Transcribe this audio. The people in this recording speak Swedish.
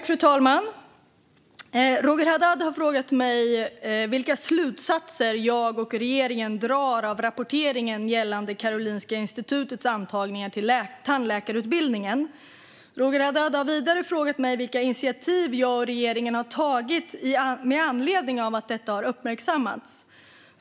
Fru talman! Roger Haddad har frågat mig vilka slutsatser jag och regeringen drar av rapporteringen gällande Karolinska institutets antagningar till tandläkarutbildningen. Roger Haddad har vidare frågat mig vilka initiativ jag och regeringen har tagit med anledning av att detta uppmärksammats.